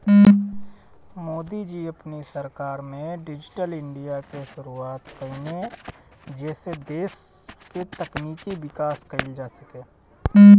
मोदी जी अपनी सरकार में डिजिटल इंडिया के शुरुआत कईने जेसे देस के तकनीकी विकास कईल जा सके